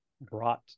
brought